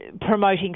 promoting